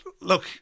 look